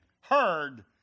heard